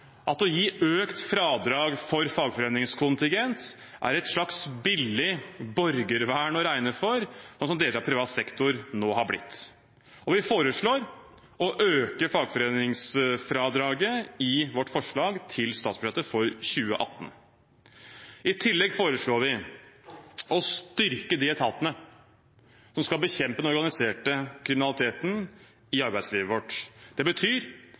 at å gi økt fradrag for fagforeningskontingent er for et slags billig borgervern å regne, sånn som deler av privat sektor nå har blitt. Vi foreslår å øke fagforeningsfradraget i vårt forslag til statsbudsjett for 2018. I tillegg foreslår vi å styrke de etatene som skal bekjempe den organiserte kriminaliteten i arbeidslivet vårt. Det betyr